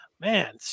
Man